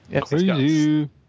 Crazy